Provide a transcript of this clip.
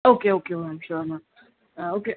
okay okay ma'am sure ma'am ah okay